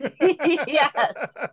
Yes